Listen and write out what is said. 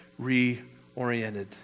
reoriented